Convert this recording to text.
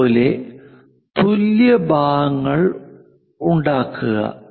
അതുപോലെ തുല്യ ഭാഗങ്ങൾ ഉണ്ടാക്കുക